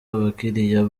abakiriya